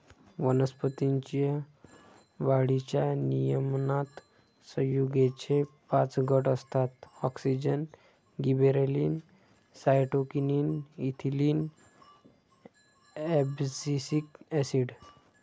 वनस्पतीं च्या वाढीच्या नियमनात संयुगेचे पाच गट असतातः auxin, gibberellin, cytokinin, ethylene, abscisic acid